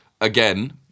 Again